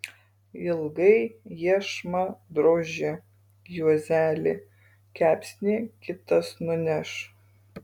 ilgai iešmą droži juozeli kepsnį kitas nuneš